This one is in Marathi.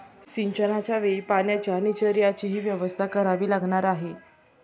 सिंचनाच्या वेळी पाण्याच्या निचर्याचीही व्यवस्था करावी लागणार आहे